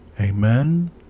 amen